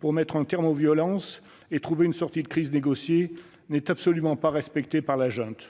visant à mettre un terme aux violences et à trouver une sortie de crise négociée, n'est absolument pas respectée par la junte.